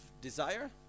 desire